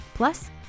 Plus